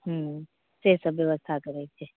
हूँ से सभ व्यवस्था करयके छै